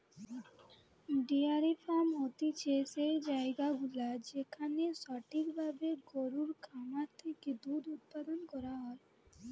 diary farming হতিছে সেই জায়গাগুলা যেখানটাতে সঠিক ভাবে গরুর খামার থেকে দুধ উপাদান করা হয়